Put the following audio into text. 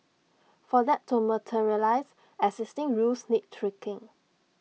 for that to materialise existing rules need tweaking